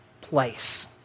place